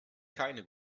keine